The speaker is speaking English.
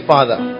Father